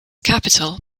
capital